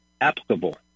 applicable